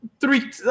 three